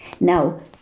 Now